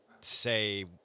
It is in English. say